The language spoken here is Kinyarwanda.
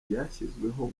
ryashyizweho